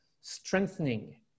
strengthening